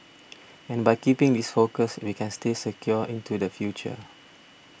and by keeping this focus we can stay secure into the future